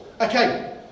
Okay